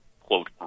quote